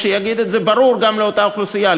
שיגיד את זה ברור גם לאותה אוכלוסייה.